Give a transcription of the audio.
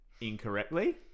incorrectly